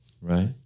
right